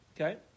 Okay